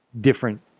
different